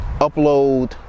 upload